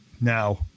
now